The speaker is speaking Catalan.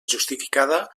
justificada